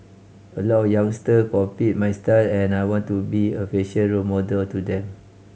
a lot youngster copy my style and I want to be a fashion role model to them